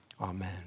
amen